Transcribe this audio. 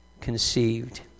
conceived